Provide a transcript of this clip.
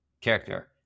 character